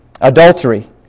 Adultery